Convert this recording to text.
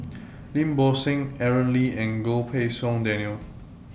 Lim Bo Seng Aaron Lee and Goh Pei Siong Daniel